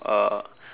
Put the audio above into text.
uh